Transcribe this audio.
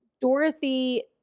Dorothy